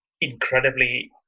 incredibly